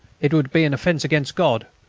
it would be an offence against god,